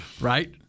Right